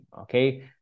Okay